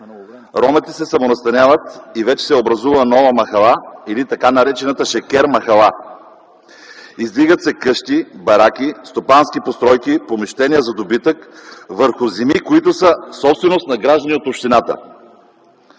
Ромите се самонастаняват и вече се е образувала нова махала или така наречената „Шекер махала”. Издигат се къщи, бараки, стопански постройки, помещения за добитък върху земи, които са собственост на граждани от общината.